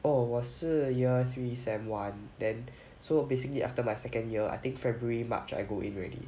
oh 我是 year three sem one then so basically after my second year I think february march I go in already